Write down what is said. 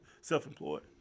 self-employed